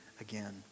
again